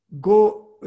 go